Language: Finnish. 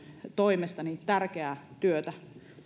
toimesta tärkeää työtä